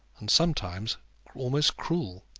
and sometimes almost cruel.